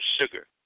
sugar